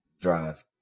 drive